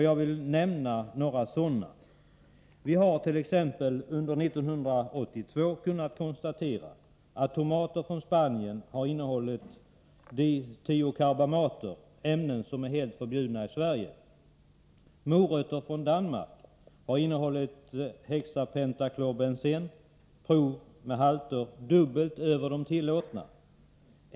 Jag vill nämna några sådana exempel. Vi har under 1982 kunnat konstatera att tomater från Spanien har innehållit ditiokarbamater, ämnen som är helt förbjudna i Sverige. Morötter från Danmark har innehållit hexapentaklorbensen i halter dubbelt över de tillåtna.